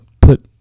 put